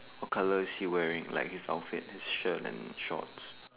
what colour she wearing like his often his shirt and shorts